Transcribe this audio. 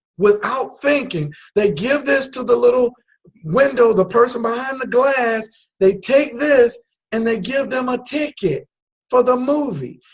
without thinking they give this to the little window the person behind glass they take this and they give them a ticket for the movie.